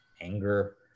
anger